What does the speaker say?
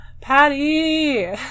patty